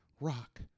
Rock